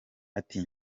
ati